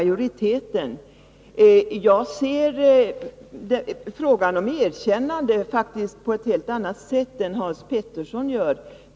Jag ser faktiskt frågan om ett erkännande på ett helt annat sätt än Hans Petersson gör.